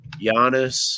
Giannis